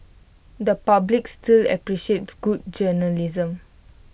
the public still appreciates good journalism